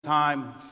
Time